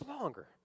longer